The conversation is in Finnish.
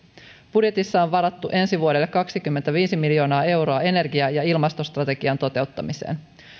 budjetissa on varattu ensi vuodelle kaksikymmentäviisi miljoonaa euroa energia ja ilmastostrategian toteuttamiseen